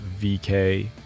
vk